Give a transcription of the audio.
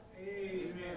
Amen